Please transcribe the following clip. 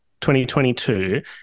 2022